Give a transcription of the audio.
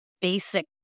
basic